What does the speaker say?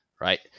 right